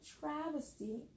travesty